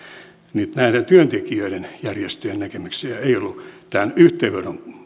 niin näiden työntekijöiden järjestöjen näkemyksiä ei ollut tämän yhteenvedon